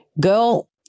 girl